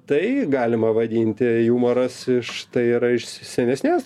tai galima vadinti jumoras iš tai yra senesnės